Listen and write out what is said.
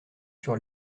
sur